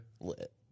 lit